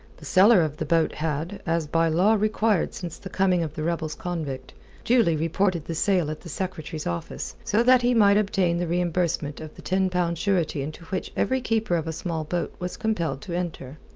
the seller of the boat had as by law required since the coming of the rebels-convict duly reported the sale at the secretary's office, so that he might obtain the reimbursement of the ten-pound surety into which every keeper of a small boat was compelled to enter.